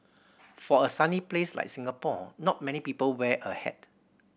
for a sunny place like Singapore not many people wear a hat